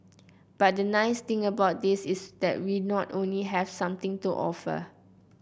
but the nice thing about this is that we not only have something to offer